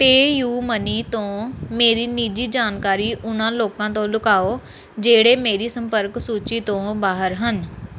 PayUmoney ਤੋਂ ਮੇਰੀ ਨਿੱਜੀ ਜਾਣਕਾਰੀ ਉਹਨਾਂ ਲੋਕਾਂ ਤੋਂ ਲੁਕਾਓ ਜਿਹੜੇ ਮੇਰੀ ਸੰਪਰਕ ਸੂਚੀ ਤੋਂ ਬਾਹਰ ਹਨ